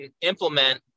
implement